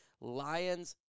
Lions